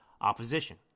opposition